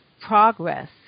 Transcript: progress